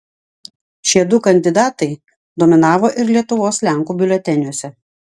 šie du kandidatai dominavo ir lietuvos lenkų biuleteniuose